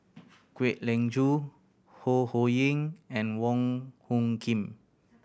Kwek Leng Joo Ho Ho Ying and Wong Hung Khim